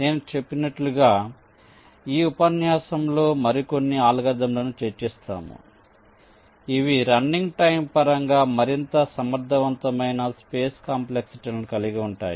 నేను చెప్పినట్లుగా ఈ ఉపన్యాసంలో మరికొన్ని అల్గారిథమ్లను చర్చిస్తాము ఇవి రన్నింగ్ టైం పరంగా మరింత సమర్థవంతమైన స్పేస్ కాంప్లెక్సిటీలను కలిగి ఉంటాయి